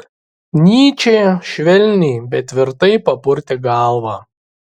nyčė švelniai bet tvirtai papurtė galvą